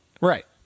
Right